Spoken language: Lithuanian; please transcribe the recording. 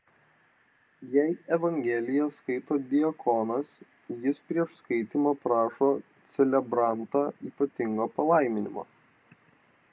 jei evangeliją skaito diakonas jis prieš skaitymą prašo celebrantą ypatingo palaiminimo